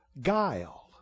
guile